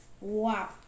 Wow